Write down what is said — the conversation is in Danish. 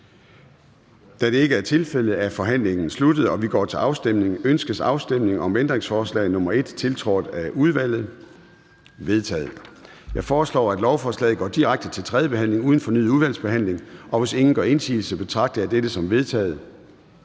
Da det ikke er tilfældet, er forhandlingen sluttet, og vi går til afstemning. Kl. 09:05 Afstemning Formanden (Søren Gade): Ønskes afstemning om ændringsforslag nr. 1-13, tiltrådt af udvalget? De er vedtaget. Jeg foreslår, at lovforslaget går direkte til tredje behandling uden fornyet udvalgsbehandling, og hvis ingen gør indsigelse, betragter jeg dette som vedtaget.